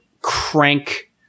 crank